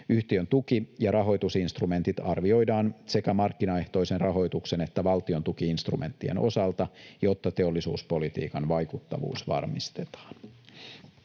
Yhtiön tuki- ja rahoitusinstrumentit arvioidaan sekä markkinaehtoisen rahoituksen että valtion tuki-instrumenttien osalta, jotta teollisuuspolitiikan vaikuttavuus varmistetaan.